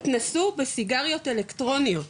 התנסו בסיגריות אלקטרוניות,